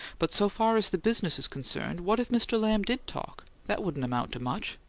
but so far as the business is concerned, what if mr. lamb did talk? that wouldn't amount to much.